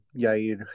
Yair